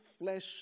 flesh